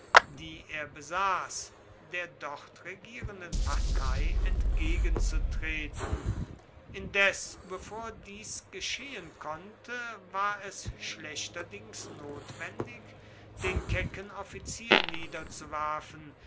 die er besaß der dort regierenden partei entgegenzutreten indes bevor dies geschehen konnte war es schlechterdings notwendig den kecken offizier niederzuwerfen